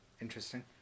Interesting